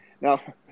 now